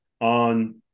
on